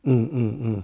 hmm hmm hmm